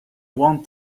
want